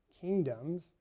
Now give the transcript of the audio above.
kingdoms